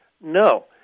No